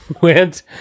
went